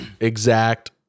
Exact